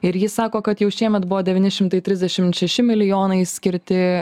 ir ji sako kad jau šiemet buvo devyni šimtai trisdešimt šeši milijonai skirti